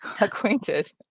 acquainted